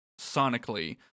sonically